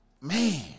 Man